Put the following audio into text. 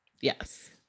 Yes